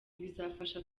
bizafasha